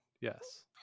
yes